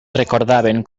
recordaven